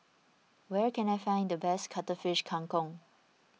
where can I find the best Cuttlefish Kang Kong